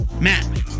Matt